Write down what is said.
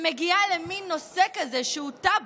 מגיעה למין נושא כזה שהוא טאבו,